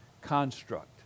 construct